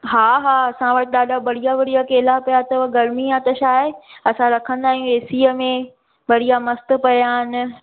हा हा असां वटि ॾाढा बढ़िया बढ़िया केला पिया अथव गर्मी आहे त छा आहे असां रखंदा आहियूं एसीअ में बढ़िया मस्तु पिया आहिनि